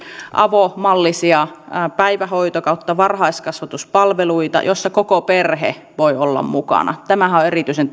avomallisia päivähoito ja varhaiskasvatuspalveluita joissa koko perhe voi olla mukana tämähän on erityisen